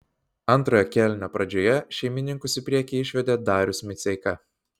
antrojo kėlinio pradžioje šeimininkus į priekį išvedė darius miceika